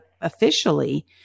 officially